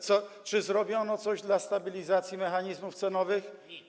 Czy zrobiono coś dla stabilizacji mechanizmów cenowych?